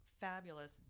fabulous